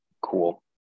Cool